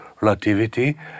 relativity